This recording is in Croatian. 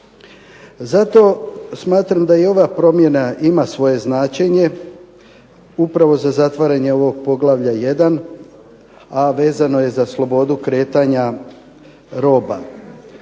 Zato smatram da i ova promjena ima svoje značenje upravo za zatvaranje ovog poglavlja 1 a vezano je za slobodu kretanja roba.